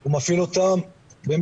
שהוא מפעיל אותן כלפי מאיימים ומאויימים,